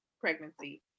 pregnancy